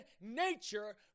nature